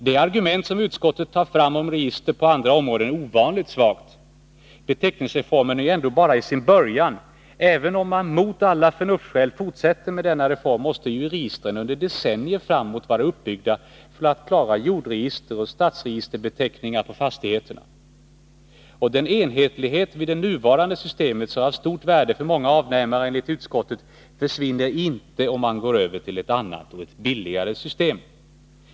| Det argument som utskottet tar fram om register på andra områden är ovanligt svagt. Beteckningsreformen är ju ändå bara i sin början. Även om man mot alla förnuftsskäl fortsätter med denna reform, måste ju registren under decennier framåt vara uppbyggda för att klara jordregisteroch statsregisterbeteckningar på fastigheterna. Enhetligheten i det nuvarande systemet, som är av stort värde för många avnämare enligt utskottet, försvinner inte om man går över till ett annat och billigare system.